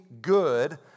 good